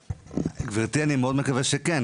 גברתי, אני מקווה מאוד שכן.